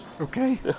Okay